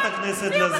מיהו בכלל שייצג